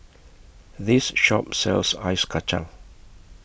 This Shop sells Ice Kacang